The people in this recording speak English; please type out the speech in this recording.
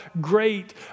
great